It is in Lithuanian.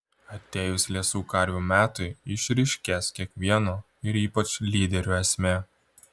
atėjus liesų karvių metui išryškės kiekvieno ir ypač lyderių esmė